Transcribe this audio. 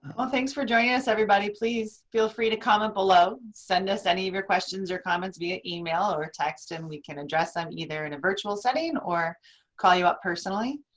well thanks for joining us everybody. please feel free to comment below. send us any of your questions or comments via email or a text and we can address them either in a virtual setting or call you up personally,